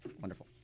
wonderful